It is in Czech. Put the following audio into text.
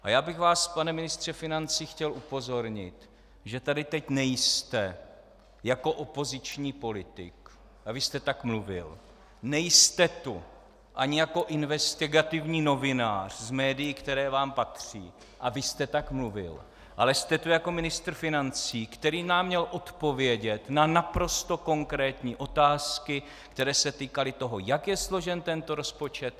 A já bych vás, pane ministře financí, chtěl upozornit, že tady teď nejste jako opoziční politik, abyste tak mluvil, nejste tu ani jako investigativní novinář z médií, která vám patří, abyste tak mluvil, ale jste tu jako ministr financí, který nám měl odpovědět na naprosto konkrétní otázky, které se týkaly toho, jak je složen tento rozpočet;